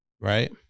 right